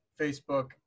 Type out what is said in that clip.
Facebook